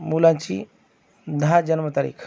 मुलांची दहा जन्मतारीख